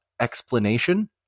explanation